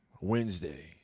Wednesday